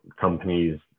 companies